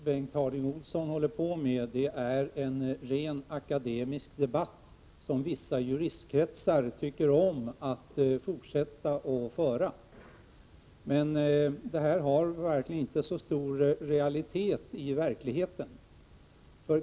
Herr talman! Det Bengt Harding Olson ägnar sig åt är en rent akademisk debatt, som vissa juristkretsar tycker om att fortsätta att föra. Men detta har inte så stor realitet i verkligheten.